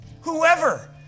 whoever